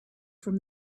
from